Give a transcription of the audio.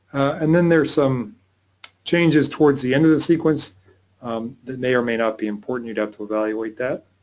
and then there's some changes towards the end of the sequence that may or may not be important, you'd have to evaluate that.